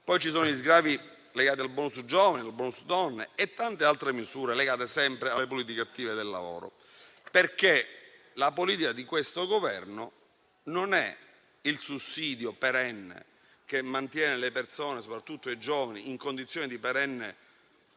Poi ci sono gli sgravi legati al *bonus* giovani, al *bonus* donne e tante altre misure legate sempre alle politiche attive del lavoro. La politica di questo Governo non mira al sussidio che mantiene le persone, soprattutto i giovani, in condizioni di perenne